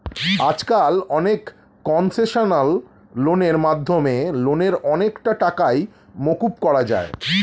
আজকাল অনেক কনসেশনাল লোনের মাধ্যমে লোনের অনেকটা টাকাই মকুব করা যায়